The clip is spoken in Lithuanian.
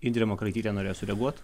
indrė makaraitytė norėjo sureaguot